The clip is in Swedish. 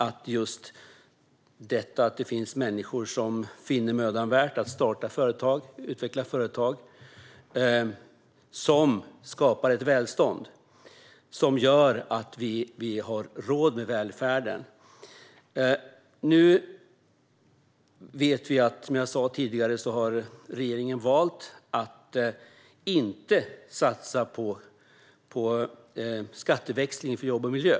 Att det finns människor som finner mödan värd att starta och utveckla företag skapar ett välstånd. Det gör att vi har råd med välfärden. Som jag sa tidigare har regeringen valt att inte satsa på skatteväxling för jobb och miljö.